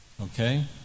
Okay